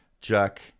Jack